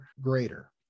greater